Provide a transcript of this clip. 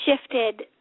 shifted